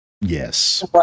yes